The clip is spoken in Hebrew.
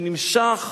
שנמשך